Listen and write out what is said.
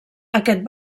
aquest